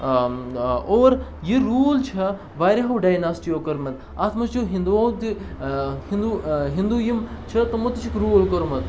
اور یہِ روٗل چھِ واریاہو ڈایناسِٹیو کٔرمٕژ اَتھ منٛز چھِ ہِندوٗوَو ہِندوٗ ہِندوٗ یِم چھِ تِمو تہِ چھِکھ روٗل کوٚرمُت